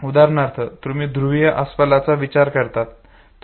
उदाहरणार्थ तुम्ही ध्रुवीय अस्वलाचा विचार करतात